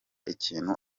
ikintu